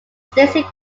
stacey